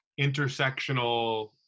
intersectional